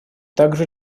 также